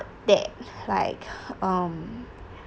that like um